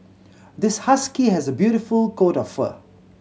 this husky has a beautiful coat of fur